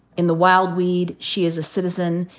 in the wild weed she is a citizen,